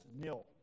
nil